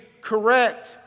correct